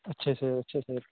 اچھا سر اچھا سر